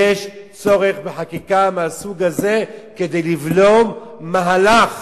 יש צורך בחקיקה מהסוג הזה כדי לבלום מהלך